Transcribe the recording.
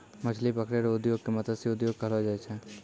मछली पकड़ै रो उद्योग के मतस्य उद्योग कहलो जाय छै